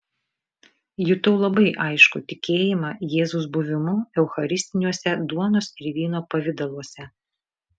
jutau labai aiškų tikėjimą jėzaus buvimu eucharistiniuose duonos ir vyno pavidaluose